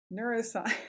neuroscience